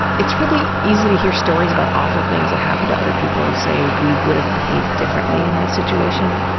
it's really easy to hear stories about awful things that happen to other people and say we would have behaved differently in that situation.